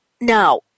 Now